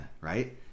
right